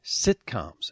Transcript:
sitcoms